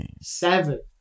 Seven